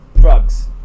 Drugs